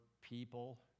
people